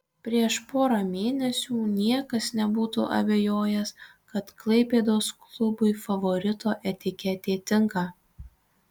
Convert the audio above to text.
prieš porą mėnesių niekas nebūtų abejojęs kad klaipėdos klubui favorito etiketė tinka